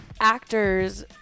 actors